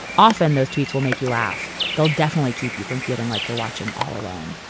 often those tweets will make you laugh. they'll definitely keep you from feeling like you're watching all alone